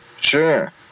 Sure